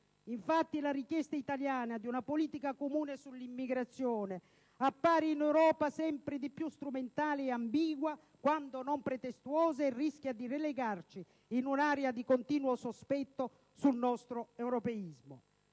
la richiesta italiana di una politica comune sull'immigrazione appare in Europa sempre di più strumentale ed ambigua, quando non pretestuosa, e rischia di relegarci in un'area di continuo sospetto sul nostro europeismo.